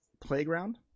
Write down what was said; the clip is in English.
playground